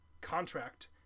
contract